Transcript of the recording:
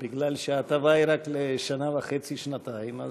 כי ההטבה היא רק לשנה וחצי שנתיים,